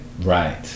right